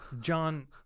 john